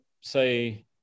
say